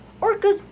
orcas